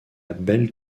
belle